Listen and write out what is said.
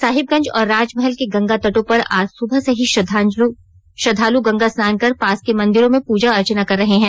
साहिबगंज और राजमहल के गंगा तटों पर आज सुबह से ही श्रद्दालु गंगा स्नान कर पास के मंदिरों में पूजा अर्चना कर रहे हैं